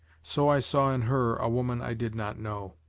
so i saw in her a woman i did not know.